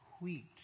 wheat